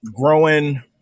Growing